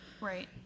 Right